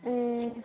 ए